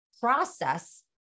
process